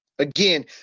Again